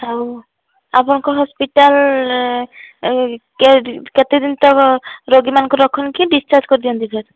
ଆଉ ଆପଣଙ୍କ ହସ୍ପିଟାଲ କେତେ ଦିନ ତ ରୋଗୀମାନଙ୍କୁ ରଖନ୍ତି ଡିସଚାର୍ଜ କରିଦିଅନ୍ତି ଫେରେ